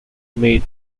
made